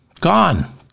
gone